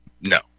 No